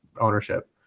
ownership